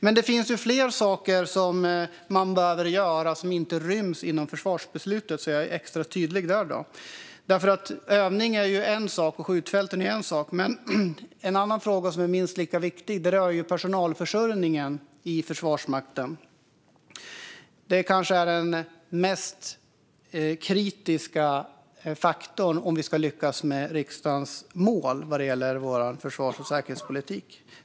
Men mer behöver göras som inte ryms inom försvarsbeslutet, så låt mig vara extra tydlig. Övnings och skjutfälten är en sak, men en annan fråga som är minst lika viktig rör personalförsörjningen inom Försvarsmakten. Det är kanske det mest kritiska om vi ska lyckas nå riksdagens mål för Sveriges försvars och säkerhetspolitik.